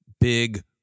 big